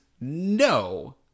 no